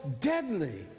deadly